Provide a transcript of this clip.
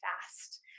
fast